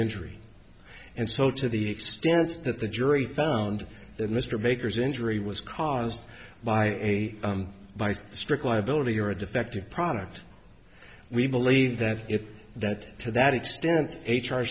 injury and so to the extent that the jury found that mr baker's injury was caused by a by strict liability or a defective product we believe that if that to that extent